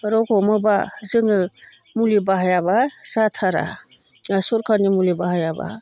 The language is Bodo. रग'मोबा जोङो मुलि बाहायाबा जाथारा सरखारनि मुलि बाहायाबा